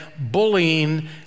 bullying